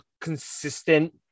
consistent